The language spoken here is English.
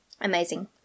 Amazing